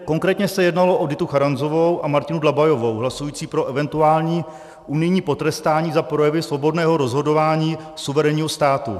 Konkrétně se jednalo o Ditu Charanzovou a Martinu Dlabajovou hlasující pro eventuální unijní potrestání za projevy svobodného rozhodování suverénního státu.